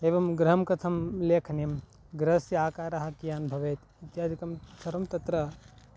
एवं गृहं कथं लेखनीयं गृहस्य आकारः कियान् भवेत् इत्यादिकं सर्वं तत्र